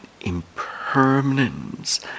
impermanence